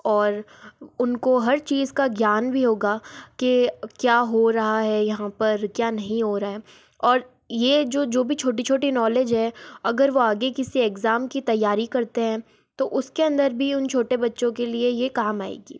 और उनको हर चीज़ का ज्ञान भी होगा कि क्या हो रहा है यहाँ पर क्या नहीं हो रहा है और यो जो भी छोटी छोटी नॉलेज है अगर वह आगे किसी एग्जाम की तैयारी करते हैं तो उसके अंदर भी उन छोटे बच्चों के लिए ये काम आएगी